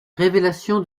révélation